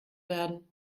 werden